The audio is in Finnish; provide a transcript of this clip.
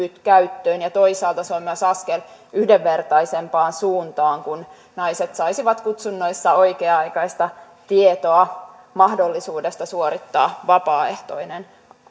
käyttöön ja toisaalta se olisi myös askel yhdenvertaisempaan suuntaan kun naiset saisivat kutsunnoissa oikea aikaista tietoa mahdollisuudesta suorittaa vapaaehtoinen